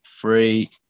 three